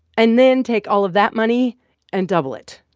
and then take all of that money and double it.